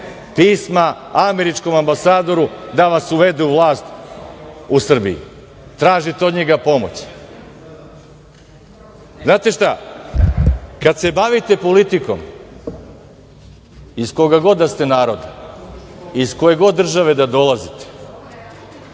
pisma američkom ambasadoru da vas uvede u vlast u Srbiji. Tražite od njega pomoć. Znate šta, kada se bavite politikom iz kog god da ste naroda i iz koje god države da dolazite,